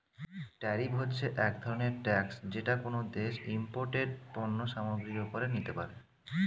tariff হচ্ছে এক ধরনের ট্যাক্স যেটা কোনো দেশ ইমপোর্টেড পণ্য সামগ্রীর ওপরে নিতে পারে